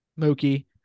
Mookie